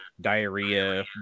diarrhea